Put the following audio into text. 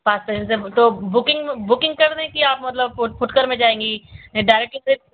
पाँच पेसेन्जर तो booking booking करने कि आप मतलब फुटकर में जाएंगी ने डायरेक्ट से फिर